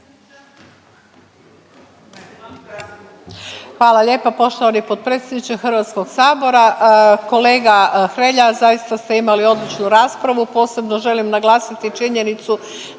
Hvala lijepa poštovani potpredsjedniče HS-a, kolega Hrelja, zaista ste imali odličnu raspravu. Posebno želim naglasiti činjenicu